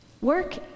Work